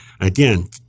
again